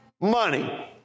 money